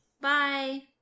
Bye